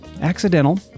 accidental